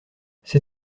ces